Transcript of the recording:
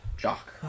Jock